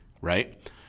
right